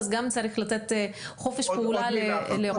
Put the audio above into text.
אז גם צריך לתת חופש פעולה לרופאים.